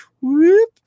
Whoop